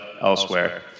elsewhere